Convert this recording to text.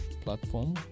platform